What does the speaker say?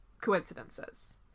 coincidences